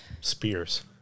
spears